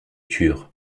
turent